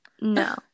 no